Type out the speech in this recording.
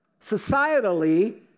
societally